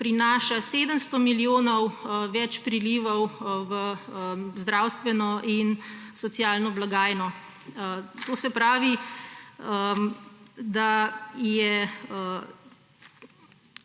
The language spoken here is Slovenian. prinaša 700 milijonov več prilivov v zdravstveno in socialno blagajno. To se pravi, da je